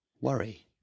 worry